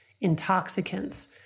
intoxicants